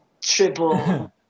triple